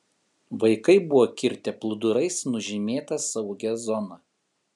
vaikai buvo kirtę plūdurais nužymėta saugią zoną